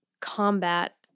combat